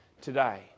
today